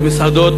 במסעדות,